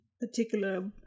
particular